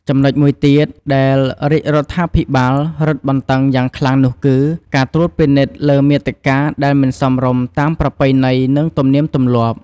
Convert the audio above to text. ចំណុចមួយទៀតដែលរាជរដ្ឋាភិបាលរឹតបន្តឹងយ៉ាងខ្លាំងនោះគឺ ការត្រួតពិនិត្យលើមាតិកាដែលមិនសមរម្យតាមប្រពៃណី និងទំនៀមទម្លាប់។